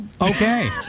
Okay